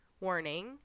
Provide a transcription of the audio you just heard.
warning